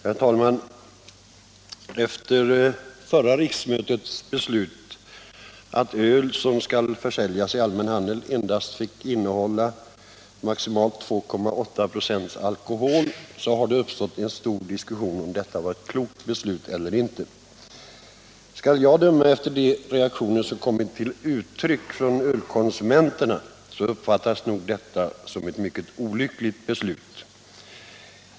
Herr talman! Efter förra riksmötets beslut att öl som skall säljas i allmän handel endast fick innehålla maximalt 2,8 96 alkohol har det uppstått en livlig diskussion om huruvida detta var ett klokt beslut eller inte. Skall jag döma efter de reaktioner som kommit från ölkonsumenterna uppfattas nog detta som ett mycket olyckligt beslut.